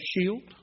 shield